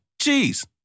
cheese